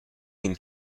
can